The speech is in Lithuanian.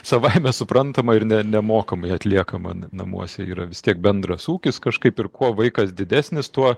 savaime suprantama ir nemokamai atliekama namuose yra vis tiek bendras ūkis kažkaip ir kuo vaikas didesnis tuo